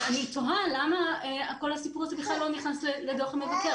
ואני תוהה למה כל הסיפור הזה בכלל לא נכנס לדוח המבקר.